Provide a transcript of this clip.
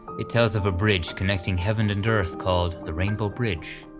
it tells of a bridge connecting heaven and earth called the rainbow bridge.